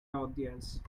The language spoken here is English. audience